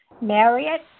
Marriott